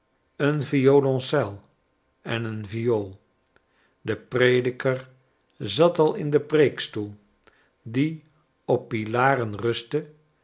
een violoncel en een viool de prediker zat al in den preekstoel die op pilaren rustte